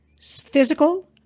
physical